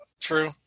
true